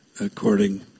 according